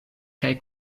kaj